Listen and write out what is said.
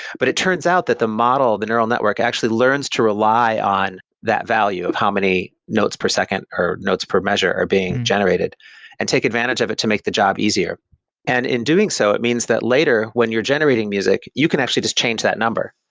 but it turns out that the model, the neural network actually learns to rely on that value of how many notes per second, or notes per measure are being generated and take advantage of it to make the job easier and in doing so, it means that later when you're generating music, you can actually just change that number.